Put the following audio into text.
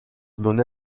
لونه